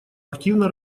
активно